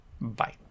Bye